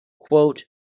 Quote